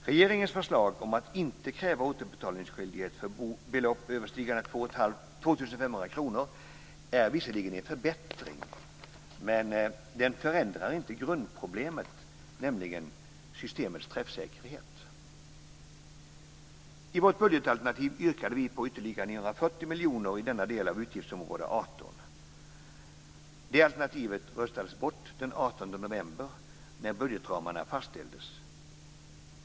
Regeringens förslag om att inte kräva återbetalningsskyldighet för belopp överstigande 2 500 kr är visserligen en förbättring, men den förändrar inte grundproblemet, nämligen systemets träffsäkerhet. I vårt budgetalternativ yrkade vi på ytterligare 940 miljoner i denna del av utgiftsområde 18. Det alternativet röstades bort den 18 november när budgetramarna fastställdes.